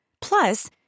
Plus